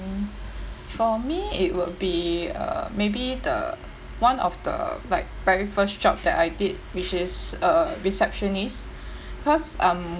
mm for me it would be err maybe the one of the like very first job that I did which is a receptionist because I'm